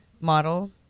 model